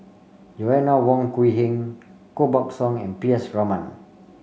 Joanna Wong Quee Heng Koh Buck Song and P S Raman